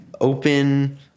open